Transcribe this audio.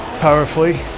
powerfully